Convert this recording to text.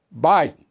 Biden